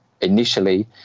initially